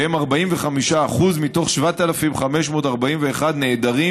שהם 45% מתוך 7,541 נעדרים